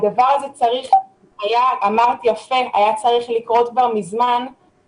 הדבר הזה צריך היה לקרות מזמן, כמו שאמרת יפה.